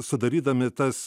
sudarydami tas